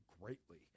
greatly